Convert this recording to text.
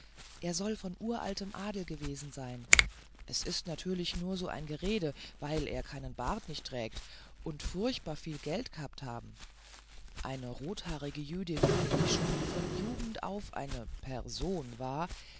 er soll von uraltem adel gewesen sein es ist natürlich nur so ein gerede weil er keinen bart nicht trägt und furchtbar viel geld g'habt habn eine rothaarige jüdin die schon von jugend auf eine per son war